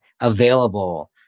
available